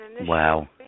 Wow